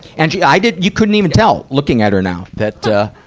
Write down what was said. and she, i didn't, you couldn't even tell, looking at her now, that, ah,